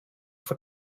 for